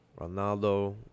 Ronaldo